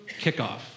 kickoff